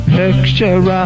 picture